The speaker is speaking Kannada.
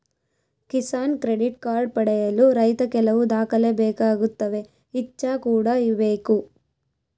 ಕಿಸಾನ್ ಕ್ರೆಡಿಟ್ ಕಾರ್ಡ್ ಪಡೆಯಲು ರೈತ ಕೆಲವು ದಾಖಲೆ ಬೇಕಾಗುತ್ತವೆ ಇಚ್ಚಾ ಕೂಡ ಬೇಕು